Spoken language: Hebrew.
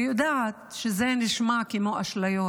אני יודעת שזה נשמע כמו אשליות,